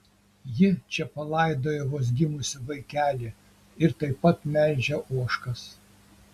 ji čia palaidojo vos gimusį vaikelį ir taip pat melžia ožkas